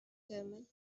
german